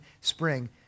spring